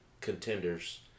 contenders